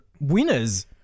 winners